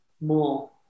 more